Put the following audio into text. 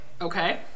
Okay